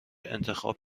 انتخاب